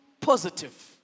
positive